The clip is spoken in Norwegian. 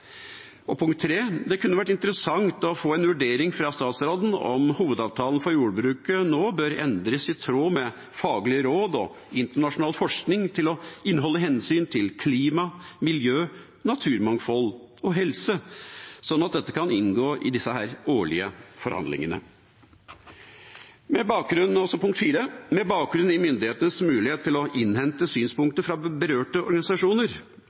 naturmangfoldloven. Punkt tre: Det kunne vært interessant å få en vurdering fra statsråden om hovedavtalen for jordbruket nå bør endres i tråd med faglige råd og internasjonal forskning til å inneholde hensyn til klima, miljø, naturmangfold og helse, sånn at dette kan inngå i de årlige forhandlingene. Punkt fire: Med bakgrunn i myndighetenes mulighet til å innhente synspunkter fra berørte organisasjoner